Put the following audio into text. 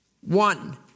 One